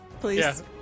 please